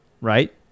Right